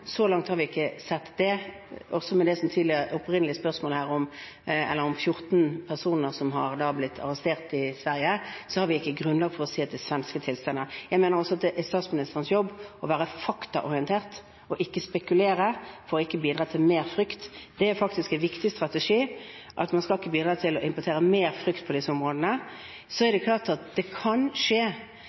Så langt har vi ikke sett det. Selv med det som ble nevnt i det opprinnelige spørsmålet, om 14 personer som har blitt arrestert i Norge, har vi ikke grunnlag for å si at det er svenske tilstander. Jeg mener også at det er statsministerens jobb å være faktaorientert og ikke spekulere, for ikke å bidra til mer frykt. Det er faktisk en viktig strategi, at man ikke skal bidra til å importere mer frykt på disse områdene. Det er klart at det kan skje,